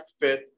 fifth